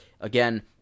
Again